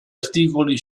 articoli